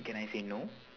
can I say no